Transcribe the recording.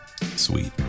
sweet